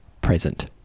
present